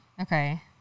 okay